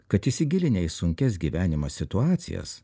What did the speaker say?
kad įsigilinę į sunkias gyvenimo situacijas